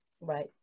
Right